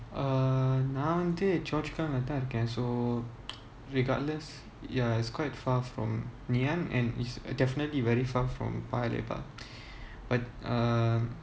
uh நான் வந்து:naan vanthu choa chu kang இருக்கேன்:irukkaen so regardless ya it's quite far from ngee ann and it's definitely very far from paya lebar but um